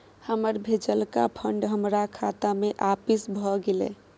हमर भेजलका फंड हमरा खाता में आपिस भ गेलय